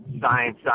science